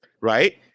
right